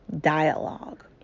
dialogue